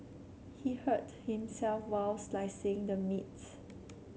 he hurt himself while slicing the meats